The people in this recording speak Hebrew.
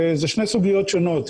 זה שתי סוגיות שונות,